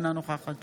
אינה נוכחת